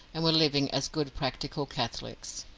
and were living as good practical catholics.